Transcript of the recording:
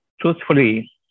truthfully